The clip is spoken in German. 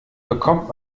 bekommt